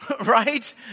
Right